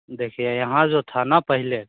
देखिए यहाँ जो था ना पहले